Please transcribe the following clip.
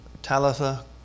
Talitha